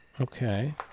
Okay